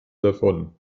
davon